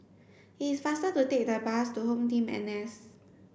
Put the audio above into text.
it is faster to take the bus to HomeTeam N S